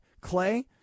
Clay